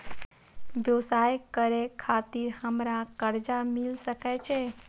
व्यवसाय करे खातिर हमरा कर्जा मिल सके छे?